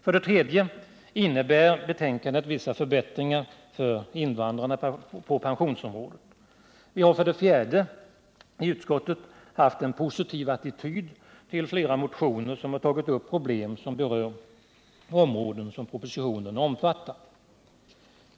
För det tredje innebär betänkandet vissa förbättringar på pensionsområdet för invandrarna. För det fjärde har vi i utskottet redovisat en positiv attityd till flera motioner som tagit upp problem som berör de områden som propositionen omfattar.